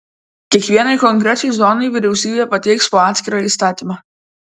kiekvienai konkrečiai zonai vyriausybė pateiks po atskirą įstatymą